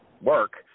work